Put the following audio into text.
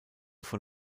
von